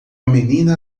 menina